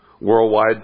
Worldwide